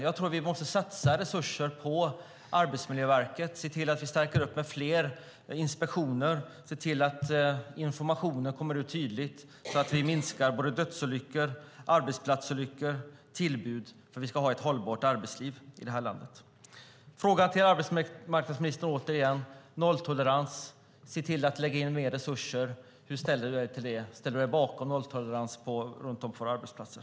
Jag tror att vi måste satsa resurser på Arbetsmiljöverket, se till att vi stärker upp med fler inspektioner och se till att informationen kommer ut tydligt så att vi minskar antalet tillbud i form av dödsolyckor och arbetsplatsolyckor så att vi kan ha ett hållbart arbetsliv i det här landet. Frågan till arbetsmarknadsministern är alltså: Hur ställer du dig till att lägga in mer resurser för att uppnå nolltolerans? Ställer du dig bakom målet om nolltolerans runt om på våra arbetsplatser?